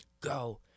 go